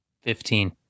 Fifteen